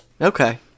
Okay